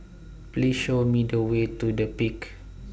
Please Show Me The Way to The Peak